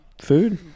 food